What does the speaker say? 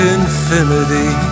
infinity